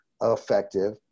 effective